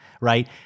Right